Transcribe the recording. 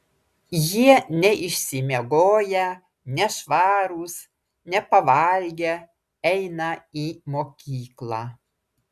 jie neišsimiegoję nešvarūs nepavalgę eina į mokyklą